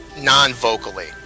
non-vocally